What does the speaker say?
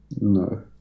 No